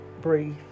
Breathe